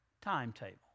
timetable